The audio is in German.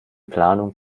planung